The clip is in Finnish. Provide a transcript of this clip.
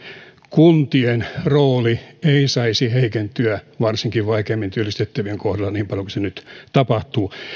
kuntien rooli ei saisi heikentyä varsinkaan vaikeammin työllistettävien kohdalla niin paljon kuin nyt tapahtuu